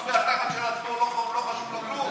חוץ מהתחת של עצמו לא חשוב לו כלום.